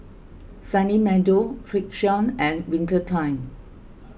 Sunny Meadow Frixion and Winter Time